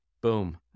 Boom